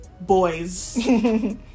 boys